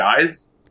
guys